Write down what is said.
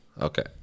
Okay